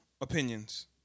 opinions